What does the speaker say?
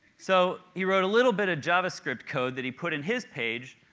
so he wrote a little bit of javascript code that he put in his page,